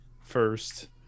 first